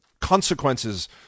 consequences